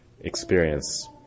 experience